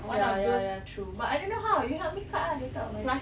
ya ya ya true but I don't know how you help me cut ah later on my